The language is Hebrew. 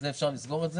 שר האוצר ושר הספורט,